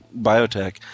biotech